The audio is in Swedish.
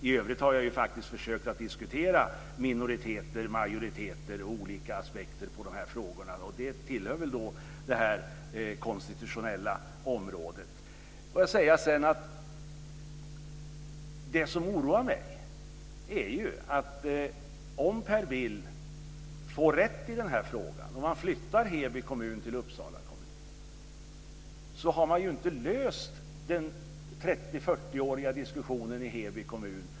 I övrigt har jag försökt att diskutera minoriteter och majoriteter och olika aspekter på dessa frågor. Det tillhör det konstitutionella området. Det som oroar mig är att om Per Bill får rätt i den här frågan, dvs. om man flyttar Heby kommun till Uppsala län, har man inte löst den 30 40-åriga diskussionen i Heby kommun.